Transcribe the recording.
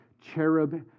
cherub